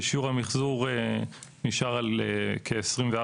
ושיעור המחזור נשאר על כ-24%.